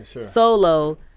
Solo